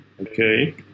Okay